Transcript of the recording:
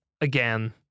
again